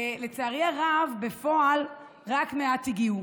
לצערי הרב, בפועל רק מעט הגיעו.